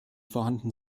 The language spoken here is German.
vorhanden